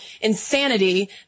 insanity